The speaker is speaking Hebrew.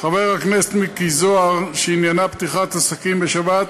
חבר הכנסת מיקי זוהר, שעניינה פתיחת עסקים בשבת,